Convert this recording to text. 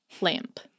lamp